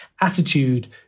attitude